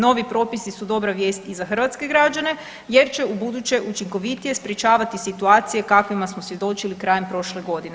Novi propisi su dobra vijest i za hrvatske građane jer će ubuduće učinkovitije sprječavati situacije kakvima smo svjedočili krajem prošle godine.